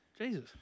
Jesus